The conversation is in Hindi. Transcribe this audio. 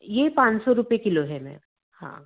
यह पाँच सौ रुपये किलो है मैम हाँ